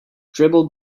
dribbled